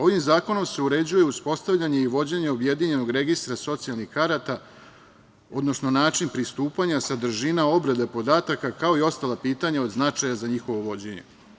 Ovim zakonom se uređuje uspostavljanje i vođenje objedinjenog registra socijalnih karata, odnosno način pristupanja, sadržina, obrada podataka, kao i ostala pitanja od značaja za njihovo vođenje.